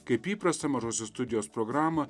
kaip įprasta mažosios studijos programą